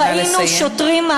ראינו שוטרים,